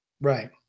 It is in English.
Right